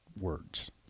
words